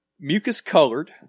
Mucus-colored